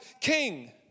king